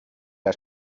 der